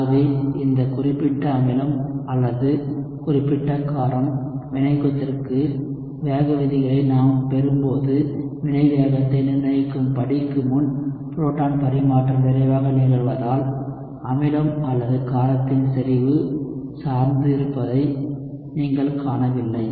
ஆகவே இந்த குறிப்பிட்ட அமிலம் அல்லது குறிப்பிட்ட காரம் வினையூக்கத்திற்கு வேக விதிகளை நாம் பெறும்போது வினை வேகத்தை நிர்ணயிக்கும் படிக்கு முன் புரோட்டான் பரிமாற்றம் விரைவாக நிகழுவதால் அமிலம் அல்லது காரத்தின் செறிவு சார்ந்து இருப்பதை நீங்கள் காணவில்லை